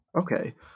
Okay